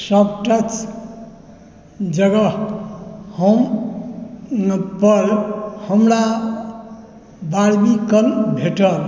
soft touch क जगहपर हमरा बारबीकन भेटल